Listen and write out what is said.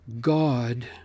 God